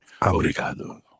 Obrigado